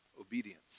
obedience